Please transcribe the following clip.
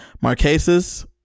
Marquesas